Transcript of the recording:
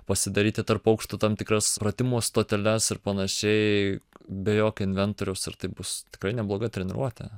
pasidaryti tarp aukštų tam tikras pratimo stoteles ir panašiai be jokio inventoriaus ir tai bus tikrai nebloga treniruotė